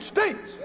States